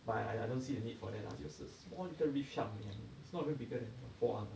but I I don't see the need for that lah just a small little reef shark only ah it's not even bigger than your forearm